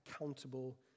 accountable